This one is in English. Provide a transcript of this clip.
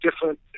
different